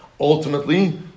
ultimately